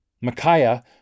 Micaiah